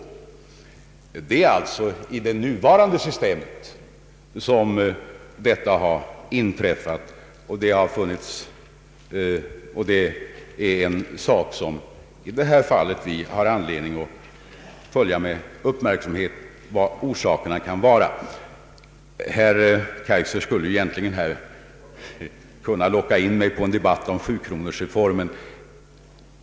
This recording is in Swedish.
Detta har alltså inträffat under en tid när det nuvarande systemet gällt. Vi har anledning att med uppmärksamhet följa utvecklingen på detta område. Herr Kaijser skulle här kunna locka in mig på en debatt om sjukronorsreformen.